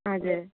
हजुर